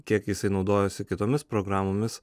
kiek jisai naudojosi kitomis programomis